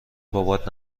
بابات